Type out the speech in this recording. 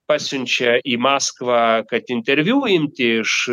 pasiunčia į maskvą kad interviu imti iš